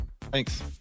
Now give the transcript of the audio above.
Thanks